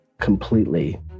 completely